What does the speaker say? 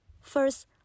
First